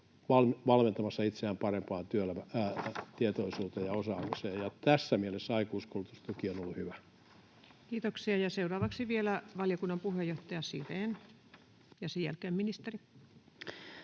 valmentamassa itseään parempaan työelämätietoisuuteen ja osaamiseen, ja tässä mielessä aikuiskoulutustuki on ollut hyvä. Kiitoksia. — Ja seuraavaksi vielä valiokunnan puheenjohtaja Sirén, ja sen jälkeen ministeri.